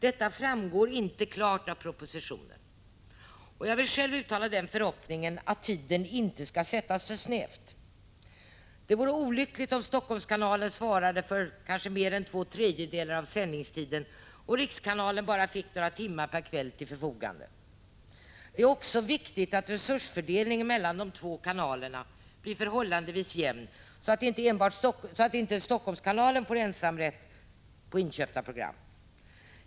Detta framgår inte klart av propositionen, och jag vill därför själv uttala den förhoppningen att denna tid inte sätts för snävt. Det vore olyckligt om Helsingforsskanalen svarade för mer än två tredjedelar av sändningstiden och rikskanalen bara fick några timmar per kväll till förfogande. Det är också viktigt att resursfördelningen mellan de två kanalerna blir förhållandevis jämn så att inte enbart Helsingforsskanalen får ensamrätt på inköpta program.